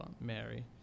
Mary